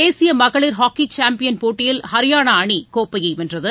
தேசிய மகளிர் hockey champion போட்டியில் ஹரியானா அணி கோப்பையை வென்றது